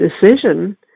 decision